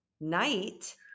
night